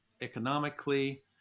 economically